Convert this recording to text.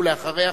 ואחריה,